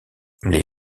les